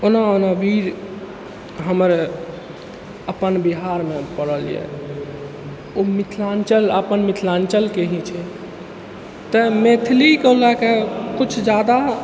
ओना ओना वीर हमर अपन बिहारमे पड़ल यए ओ मिथिलाञ्चल अपन मिथिलाञ्चलके ही छै तऽ मैथिलीके लऽ के किछु ज्यादा